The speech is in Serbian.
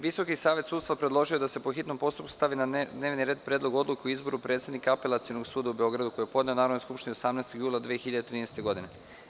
Visoki savet sudstva predložio je da se po hitnom postupku stavi na dnevni red Predlog odluke o izboru predsednika Apelacionog suda u Beogradu, koji je podneo Narodnoj skupštini 18. jula 2013. godine.